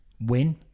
win